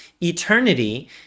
eternity